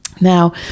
Now